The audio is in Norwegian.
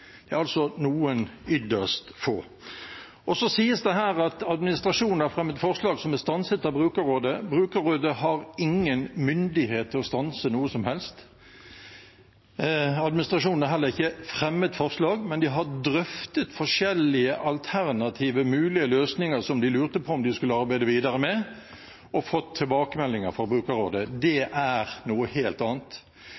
altså noen ytterst få. Så sies det her at administrasjonen har fremmet forslag som er stanset av brukerrådet. Brukerrådet har ingen myndighet til å stanse noe som helst. Administrasjonen har heller ikke «fremmet» forslag, men de har drøftet forskjellige alternative, mulige løsninger som de lurte på om de skulle arbeide videre med, og fått tilbakemeldinger fra brukerrådet. Det